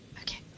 Okay